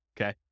okay